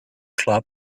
club